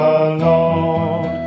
alone